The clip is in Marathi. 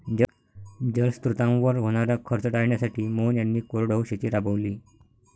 जलस्रोतांवर होणारा खर्च टाळण्यासाठी मोहन यांनी कोरडवाहू शेती राबवली